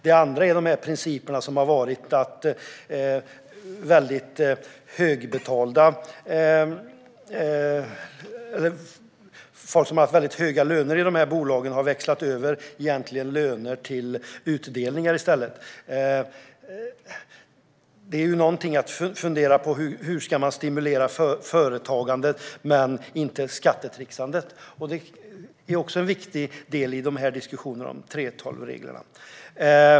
Det andra är de principer som funnits när det gäller att folk med väldigt höga löner i bolagen har växlat över från löner till utdelningar. Något man kan fundera på är hur man ska stimulera företagandet men inte skattetrixandet. Detta är en viktig del i diskussionerna om 3:12-reglerna.